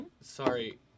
Sorry